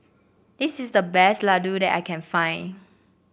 this is the best Ladoo that I can find